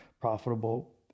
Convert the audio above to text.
profitable